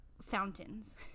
fountains